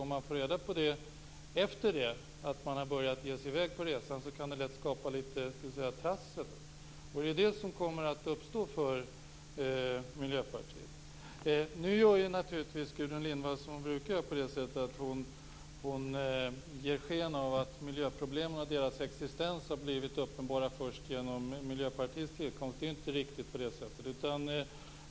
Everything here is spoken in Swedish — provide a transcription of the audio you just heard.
Om man får reda på det först efter att man har givit sig av på resan så kan det lätt skapa litet trassel. Det är det som kommer att inträffa för Miljöpartiet. Nu gör naturligtvis Gudrun Lindvall som hon brukar på det sättet att hon ger sken av att miljöproblemen och deras existens har blivit uppenbara först genom Miljöpartiets tillkomst. Det är ju inte riktigt på det sättet.